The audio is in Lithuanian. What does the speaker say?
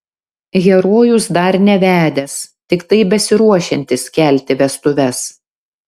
herojus dar nevedęs tiktai besiruošiantis kelti vestuves